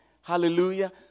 Hallelujah